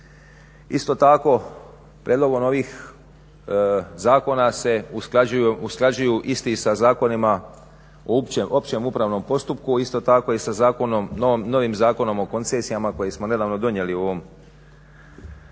isto tako prijedlogom ovih zakona se usklađuju isti sa zakonima o općem upravnom postupku, isto tako i sa novim zakonom o koncesijama koji smo nedavno donijeli u ovom Visokom